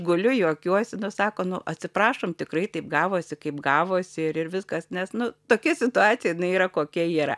guliu juokiuosi nu sako nu atsiprašom tikrai taip gavosi kaip gavosi ir ir viskas nes nu tokia situacija jinai yra kokia yra